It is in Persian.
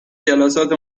جلسات